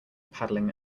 paddling